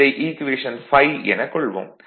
இதை ஈக்குவேஷன் 5 எனக் கொள்வோம்